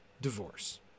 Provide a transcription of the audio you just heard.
divorce